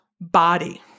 body